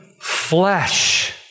flesh